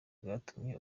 byatumye